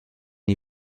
die